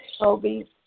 Toby